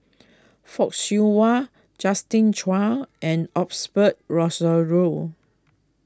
Fock Siew Wah Justin Zhuang and Rozario